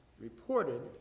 reported